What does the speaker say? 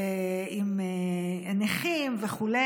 עם נכים וכו'.